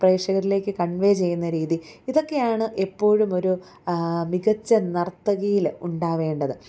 പ്രേക്ഷകരിലേക്ക് കൺവെ ചെയ്യുന്ന രീതി ഇതൊക്കെയാണ് എപ്പോഴും ഒരു മികച്ച നർത്തകിയില് ഉണ്ടാവേണ്ടത്